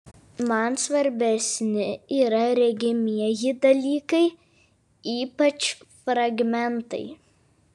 man svarbesni yra regimieji dalykai ypač fragmentai